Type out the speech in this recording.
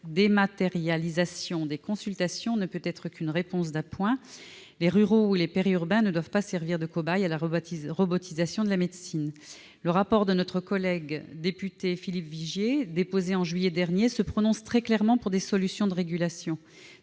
La dématérialisation des consultations ne peut être qu'une réponse d'appoint. Les ruraux ou les périurbains ne doivent pas servir de cobayes à la robotisation de la médecine. Le rapport de notre collègue député Philippe Vigier, déposé en juillet dernier, se prononce très clairement pour des solutions de régulation.